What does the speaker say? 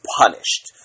punished